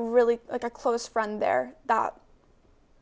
really close friend there that